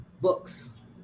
books